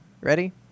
Ready